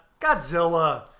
Godzilla